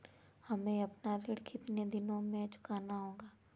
हमें अपना ऋण कितनी दिनों में चुकाना होगा?